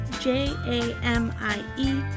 J-A-M-I-E